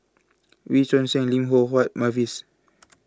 Wee Choon Seng Lim Loh Huat Mavis